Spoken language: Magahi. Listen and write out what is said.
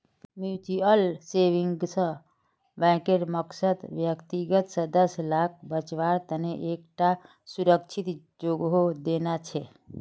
म्यूच्यूअल सेविंग्स बैंकेर मकसद व्यक्तिगत सदस्य लाक बच्वार तने एक टा सुरक्ष्हित जोगोह देना छे